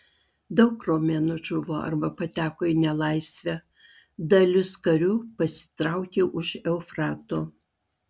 daug romėnų žuvo arba pateko į nelaisvę dalis karių pasitraukė už eufrato